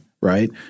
Right